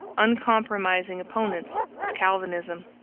uncompromising opponents of calvinism.